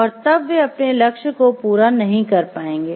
और तब वे अपने लक्ष्य को पूरा नहीं कर पाएंगे